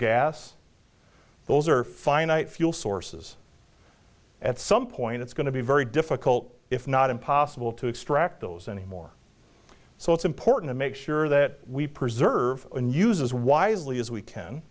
gas those are finite fuel sources at some point it's going to be very difficult if not impossible to extract those anymore so it's important to make sure that we preserve and uses wisely as we can